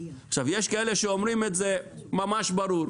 יש כאלה שאומרים את זה ממש ברור,